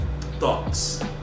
thoughts